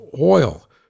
oil